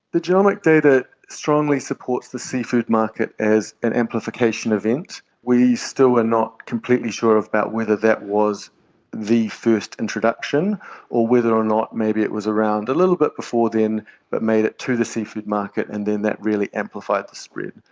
the genomic data strongly supports the seafood market as an amplification event. we still are not completely sure about whether that was the first introduction or whether or not maybe it was around a little bit before then but made it to the seafood market and then that really amplified the spread.